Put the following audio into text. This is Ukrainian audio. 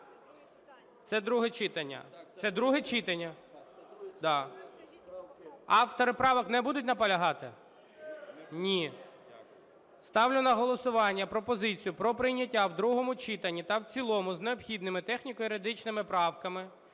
це друге читання. Да. Автори правок не будуть наполягати? Ні. Ставлю на голосування пропозицію про прийняття в другому читанні та в цілому з необхідними техніко-юридичними правками